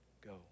go